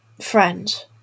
friend